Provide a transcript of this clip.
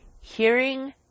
hearing